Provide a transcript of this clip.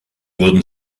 wurden